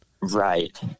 Right